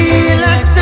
Relax